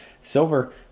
Silver